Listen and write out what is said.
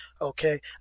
Okay